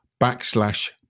backslash